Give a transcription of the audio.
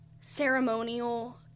ceremonial